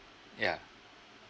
yeah